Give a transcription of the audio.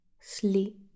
sleep